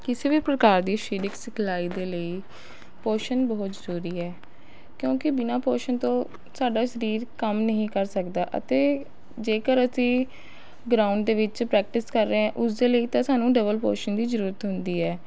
ਕਿਸੇ ਵੀ ਪ੍ਰਕਾਰ ਦੀ ਸਰੀਰਕ ਸਿਖਲਾਈ ਦੇ ਲਈ ਪੋਸ਼ਣ ਬਹੁਤ ਜ਼ਰੂਰੀ ਹੈ ਕਿਉਂਕਿ ਬਿਨਾਂ ਪੋਸ਼ਣ ਤੋਂ ਸਾਡਾ ਸਰੀਰ ਕੰਮ ਨਹੀਂ ਕਰ ਸਕਦਾ ਅਤੇ ਜੇਕਰ ਅਸੀਂ ਗਰਾਉਂਡ ਦੇ ਵਿੱਚ ਪ੍ਰੈਕਟਿਸ ਕਰ ਰਹੇ ਹੈ ਉਸਦੇ ਲਈ ਤਾਂ ਸਾਨੂੰ ਡਬਲ ਪੋਸ਼ਣ ਦੀ ਜ਼ਰੂਰਤ ਹੁੰਦੀ ਹੈ